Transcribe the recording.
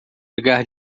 ligar